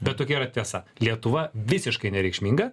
bet tokia yra tiesa lietuva visiškai nereikšminga